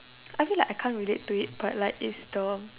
I feel like I can't relate to it but like it's the